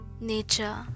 Nature